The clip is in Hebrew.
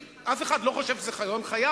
אף אחד לא חושב שזה חזון חייו,